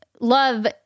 love